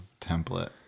template